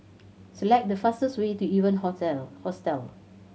select the fastest way to Evan Hostel